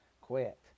Quit